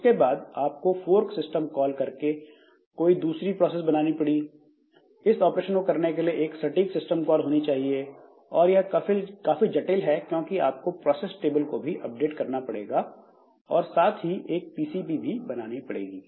उसके बाद आपको फोर्क सिस्टम कॉल करके कोई दूसरी प्रोसेस बनाने पड़े इस ऑपरेशन को करने के लिए एक सटीक सिस्टम कॉल होनी चाहिए और यह काफी जटिल है क्योंकि आपको प्रोसेस टेबल को भी अपडेट करना पड़ेगा और साथ ही एक पीसीबी भी बनानी पड़ेगी